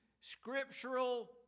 scriptural